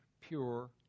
pure